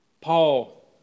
Paul